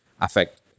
affect